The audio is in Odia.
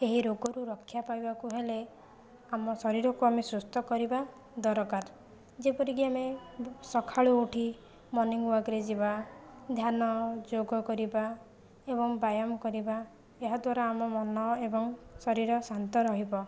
ଏହି ରୋଗରୁ ରକ୍ଷା ପାଇବାକୁ ହେଲେ ଆମ ଶରୀରକୁ ଆମେ ସୁସ୍ତ କରିବା ଦରକାର ଯେପରିକି ଆମେ ସକାଳୁ ଉଠି ମର୍ଣ୍ଣିଙ୍ଗ ୱାକ୍ରେ ଯିବା ଧ୍ୟାନ ଯୋଗ କରିବା ଏବଂ ବ୍ୟାୟାମ କରିବା ଏହାଦ୍ଵାରା ଆମ ମନ ଏବଂ ଶରୀର ଶାନ୍ତ ରହିବ